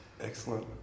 Excellent